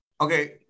Okay